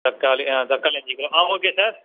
தக்காளி ஆ தக்காளி அஞ்சு கிலோ ஆ ஓகே சார்